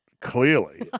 clearly